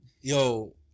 yo